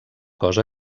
cosa